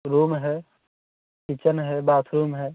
room है kitchen है bathroom है